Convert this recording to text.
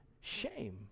shame